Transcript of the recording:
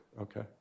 Okay